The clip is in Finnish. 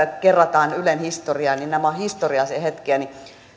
kerrataan ylen historiaa niin nämä ovat historiallisia hetkiä niin